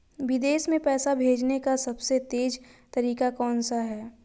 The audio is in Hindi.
विदेश में पैसा भेजने का सबसे तेज़ तरीका कौनसा है?